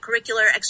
curricular